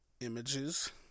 images